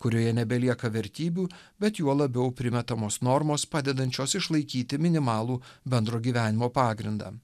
kurioje nebelieka vertybių bet juo labiau primetamos normos padedančios išlaikyti minimalų bendro gyvenimo pagrindą